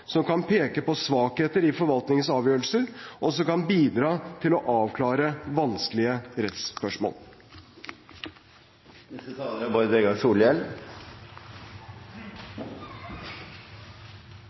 som kan peke på svakheter i forvaltningens avgjørelser, og som kan bidra til å avklare vanskelige